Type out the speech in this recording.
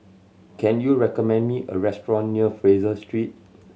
can you recommend me a restaurant near Fraser Street